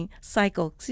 cycle